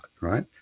right